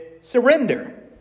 surrender